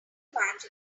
match